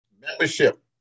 membership